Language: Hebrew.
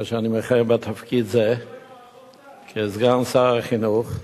כאשר אני מכהן בתפקיד זה כסגן שר החינוך.